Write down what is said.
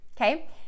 okay